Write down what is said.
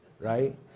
right